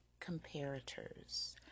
comparators